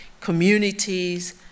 Communities